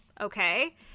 okay